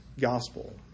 gospel